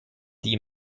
die